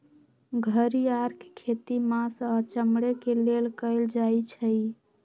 घरिआर के खेती मास आऽ चमड़े के लेल कएल जाइ छइ